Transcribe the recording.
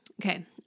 Okay